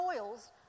oils